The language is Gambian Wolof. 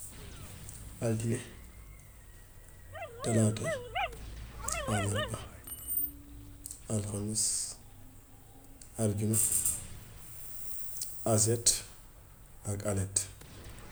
Altine, talaata, àllarba, alxames, arjuma, aseet ak aleet.